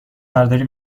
برداری